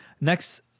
next